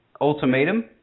ultimatum